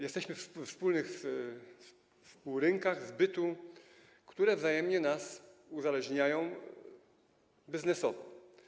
Jesteśmy na wspólnych rynkach zbytu, które wzajemnie nas uzależniają biznesowo.